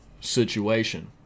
situation